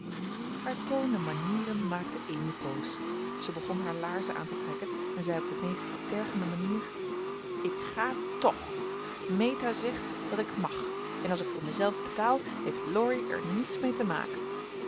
haar toon en manieren maakten amy boos ze begon haar laarzen aan te trekken en zei op de meest tergende manier ik ga toch meta zegt dat ik mag en als ik voor mezelf betaal heeft laurie er niets mee te maken